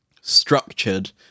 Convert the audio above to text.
structured